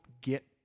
get